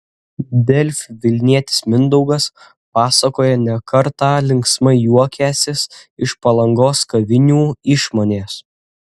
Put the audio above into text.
delfi vilnietis mindaugas pasakoja ne kartą linksmai juokęsis iš palangos kavinių išmonės